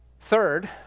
Third